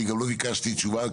גם לא ביקשתי תשובה,